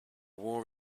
war